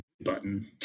button